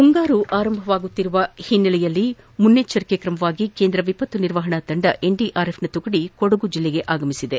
ಮುಂಗಾರು ಆರಂಭಗೊಳ್ಳುತ್ತಿರುವ ಹಿನ್ನೆಲೆಯಲ್ಲಿ ಮುಂಜಾಗ್ರತಾ ಕ್ರಮವಾಗಿ ಕೇಂದ್ರ ವಿಪತ್ತು ನಿರ್ವಹಣಾ ತಂಡ ಎನ್ಡಿಆರ್ಎಫ್ನ ತುಕಡಿ ಕೊಡಗು ಜಿಲ್ಲೆಗೆ ಆಗಮಿಸಿದೆ